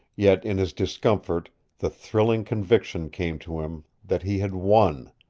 yet in his discomfort the thrilling conviction came to him that he had won.